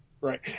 Right